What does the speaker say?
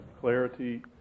clarity